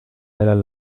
velas